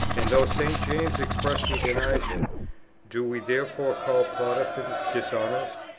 and though st. james expressly denies it do we therefore call protestants dishonest?